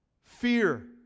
Fear